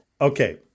Okay